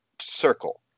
Circle